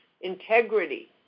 integrity